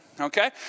okay